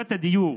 מצוקת הדיור,